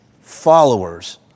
followers